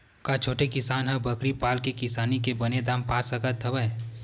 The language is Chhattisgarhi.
का छोटे किसान ह बकरी पाल के किसानी के बने दाम पा सकत हवय?